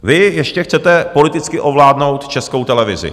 Vy ještě chcete politicky ovládnout Českou televizi.